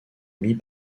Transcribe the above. mit